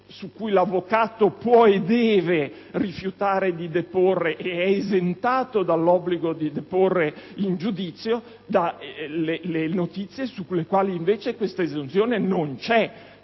su cui l'avvocato può e deve rifiutare di deporre, ed è perciò esentato dall'obbligo di deporre in giudizio, dalle altre sulle quali questa esenzione non si